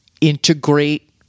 integrate